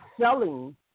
selling